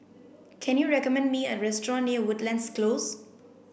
can you recommend me a restaurant near Woodlands Close